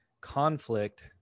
conflict